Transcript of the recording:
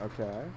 Okay